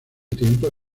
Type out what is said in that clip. tiempo